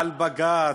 על בג"ץ,